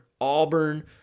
Auburn